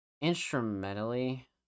Instrumentally